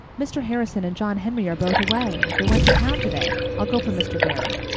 mr. harrison and john henry are both away. they went to town today. i'll go for mr. barry.